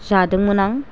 जादोंमोन आं